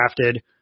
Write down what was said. drafted